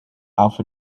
alpha